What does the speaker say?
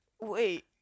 Wait